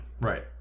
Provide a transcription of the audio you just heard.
Right